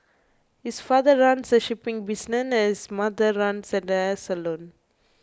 his father runs a shipping business and his mother runs a hair salon